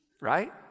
right